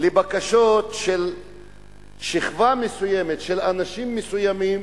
לבקשות של שכבה מסוימת, של אנשים מסוימים,